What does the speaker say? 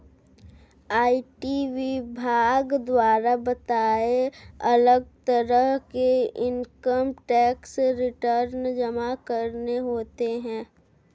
IT विभाग द्वारा बताए, अलग तरह के इन्कम टैक्स रिटर्न जमा करने होते है